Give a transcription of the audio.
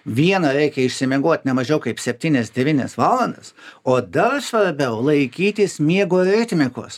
viena reikia išsimiegot ne mažiau kaip septynias devynias valandas o dar svarbiau laikytis miego ritmikos